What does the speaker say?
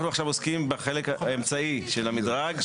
אנחנו עכשיו עוסקים בחלק האמצעי של המדרג,